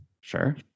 Sure